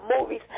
movies